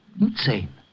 insane